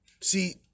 See